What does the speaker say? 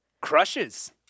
crushes